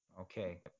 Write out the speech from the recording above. okay